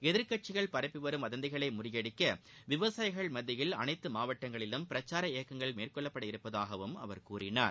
எதிர்கட்சிகள் பரப்பிவரும் வதந்திகளை முறியடிக்க விவசாயிகள் மத்தியில் அனைத்து மாவட்டங்களிலும் பிரசார இயக்கங்கள் மேற்கொள்ளப்பட இருப்பதாகவும் அவர் கூறினார்